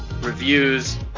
reviews